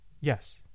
Yes